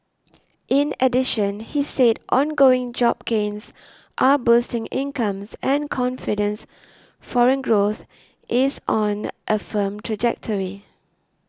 in addition he said ongoing job gains are boosting incomes and confidence foreign growth is on a firm trajectory